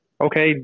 okay